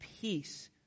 peace